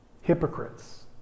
Hypocrites